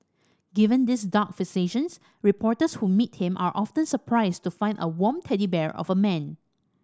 given these dark fixations reporters who meet him are often surprised to find a warm teddy bear of a man